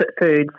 foods